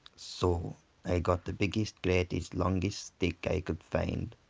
so i got the biggest greatest longest stick i could find,